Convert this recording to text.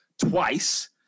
twice